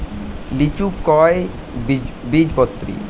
লিচু কয় বীজপত্রী?